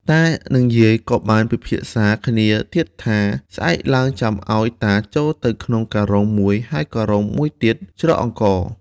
តានិងយាយក៏បានពិភាក្សាគ្នាទៀតថា ស្អែកឡើងចាំឱ្យតាចូលទៅក្នុងការុងមួយ ហើយការុងមួយទៀតច្រកអង្ករ។